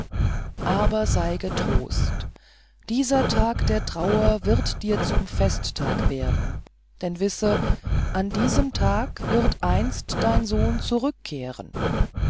aber sei getrost dieser tag der trauer wird dir zum festtag werden denn wisse an diesem tag wird einst dein sohn zurückkehren